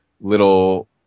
little